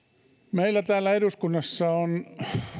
meillä täällä eduskunnassa on